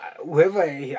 whoever